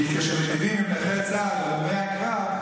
כי כשמיטיבים עם נכי צה"ל והלומי הקרב,